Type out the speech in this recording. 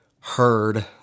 heard